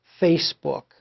Facebook